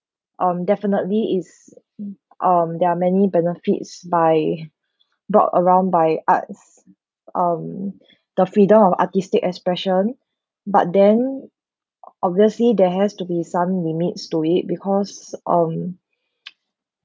um definitely is um there are many benefits by dork around by arts um the freedom of artistic expression but then obviously there has to be some limits to it because um